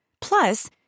Plus